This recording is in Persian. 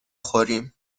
خوریم